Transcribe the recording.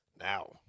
now